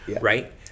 right